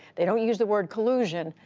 they don't use the word collusion,